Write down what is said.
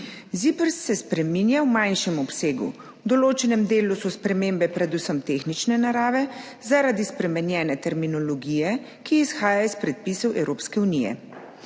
ZIPRS se spreminja v manjšem obsegu. V določenem delu so spremembe predvsem tehnične narave zaradi spremenjene terminologije, ki izhaja iz predpisov Evropske unije.